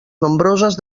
nombroses